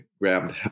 grabbed